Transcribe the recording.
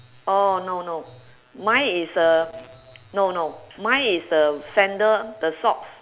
oh no no mine is a no no mine is the sandal the socks